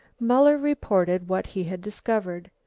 muller reported what he had discovered.